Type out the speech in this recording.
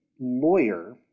lawyer